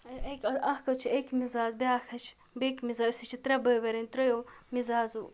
اَکھ حظ چھِ أکہِ مِزاز بیٛاکھ حظ چھِ بیٚکہِ مِزاز أسۍ حظ چھِ ترٛےٚ بٲے بارٕنۍ ترٛیو مِزازو